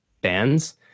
bands